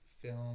film